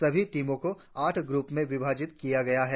सभी टीमों को आठ ग्रप में विभाजित किया गया है